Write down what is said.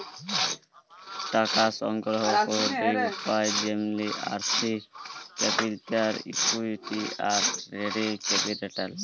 টাকা সংগ্রহল ক্যরের উপায় যেমলি আর্থিক ক্যাপিটাল, ইকুইটি, আর ট্রেডিং ক্যাপিটাল